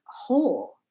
whole